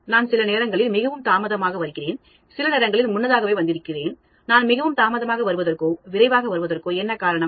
நான் சில நேரங்களில் மிகவும் தாமதமாக வருகிறேன் சில நேரங்களில் முன்னதாகவே வந்திருக்கிறேன் நான் மிகவும் தாமதமாக வருவதற்கோ விரைவாக வருவதற்கோ என்ன காரணம்